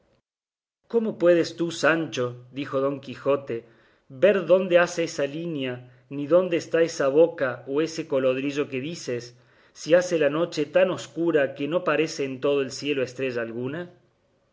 cómo puedes tú sancho dijo don quijote ver dónde hace esa línea ni dónde está esa boca o ese colodrillo que dices si hace la noche tan escura que no parece en todo el cielo estrella alguna